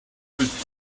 was